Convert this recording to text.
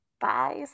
Bye